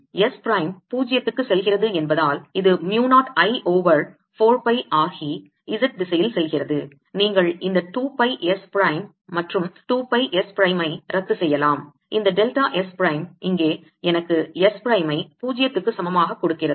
S prime 0 க்கு செல்கிறது என்பதால் இது mu 0 I ஓவர் 4 பை ஆகி z திசையில் செல்கிறது நீங்கள் இந்த 2 பை S பிரைம் மற்றும் 2 பை S பிரைம் ஐ ரத்து செய்யலாம் இந்த டெல்டா S பிரைம் இங்கே எனக்கு எஸ் பிரைம் ஐ 0 க்கு சமமாக கொடுக்கிறது